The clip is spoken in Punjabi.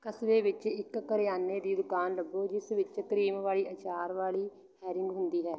ਕਸਬੇ ਵਿੱਚ ਇੱਕ ਕਰਿਆਨੇ ਦੀ ਦੁਕਾਨ ਲੱਭੋ ਜਿਸ ਵਿੱਚ ਕਰੀਮ ਵਾਲੀ ਅਚਾਰ ਵਾਲੀ ਹੈਰਿੰਗ ਹੁੰਦੀ ਹੈ